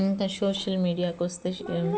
social మీడియాకు వస్తే